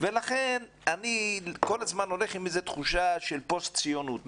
לכן אני הולך עם תחושה של פוסט ציונות.